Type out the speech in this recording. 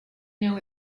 know